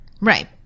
Right